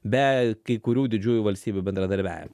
be kai kurių didžiųjų valstybių bendradarbiavim